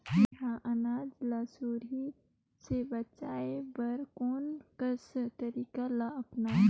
मैं ह अनाज ला सुरही से बचाये बर कोन कस तरीका ला अपनाव?